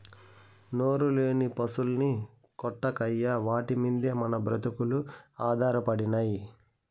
నోరులేని పశుల్ని కొట్టకయ్యా వాటి మిందే మన బ్రతుకులు ఆధారపడినై